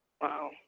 Wow